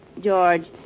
George